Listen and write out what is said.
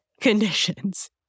conditions